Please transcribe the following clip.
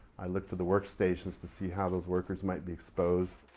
i look for the workstations to see how these workers might be exposed.